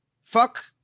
fuck